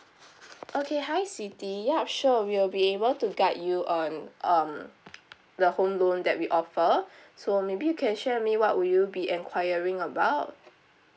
okay hi siti ya sure we'll be able to guide you um um the home loan that we offer so maybe you can share with me what will you be enquiring about